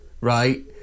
right